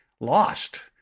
lost